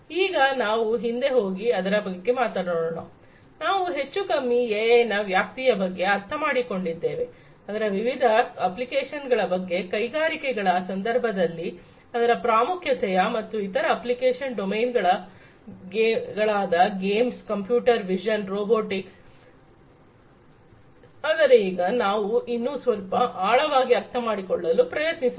ಈಗ ನಾವು ಹಿಂದೆ ಹೋಗಿ ಅದರ ಬಗ್ಗೆ ಮಾತಾಡೋಣ ನಾವು ಹೆಚ್ಚು ಕಮ್ಮಿ ಎಐ ನ ವ್ಯಾಪ್ತಿಯ ಬಗ್ಗೆ ಅರ್ಥಮಾಡಿಕೊಂಡಿದ್ದೇವೆ ಅದರ ವಿವಿಧ ಅಪ್ಲಿಕೇಶನ್ಗಳ ಬಗ್ಗೆ ಕೈಗಾರಿಕೆಗಳ ಸಂದರ್ಭದಲ್ಲಿ ಅದರ ಪ್ರಾಮುಖ್ಯತೆ ಮತ್ತು ಇತರೆ ಅಪ್ಲಿಕೇಶನ್ ಡೊಮೇನ್ಗಳಾದ ಗೇಮ್ಸ್ ಕಂಪ್ಯೂಟರ್ ವಿಷನ್ ರೋಬೋಟಿಕ್ಸ್ ಆದರೆ ಈಗ ನಾವು ಇನ್ನು ಸ್ವಲ್ಪ ಆಳವಾಗಿ ಅರ್ಥಮಾಡಿಕೊಳ್ಳಲು ಪ್ರಯತ್ನಿಸೋಣ